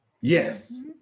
Yes